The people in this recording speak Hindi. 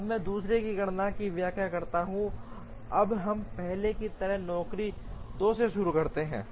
अब मैं दूसरे की गणना की व्याख्या करता हूं अब हम पहले की तरह नौकरी 2 से शुरू करते हैं